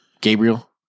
Gabriel